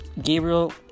Gabriel